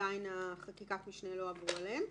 שעדיין חקיקת המשנה לא עברו עליהם,